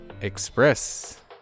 Express